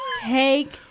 take